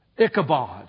Ichabod